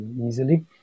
easily